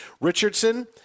Richardson